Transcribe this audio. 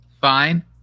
Fine